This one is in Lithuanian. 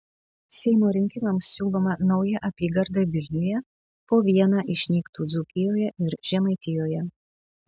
seimo rinkimams siūloma nauja apygarda vilniuje po vieną išnyktų dzūkijoje ir žemaitijoje